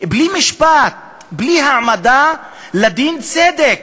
בלי משפט, בלי העמדה לדין צדק.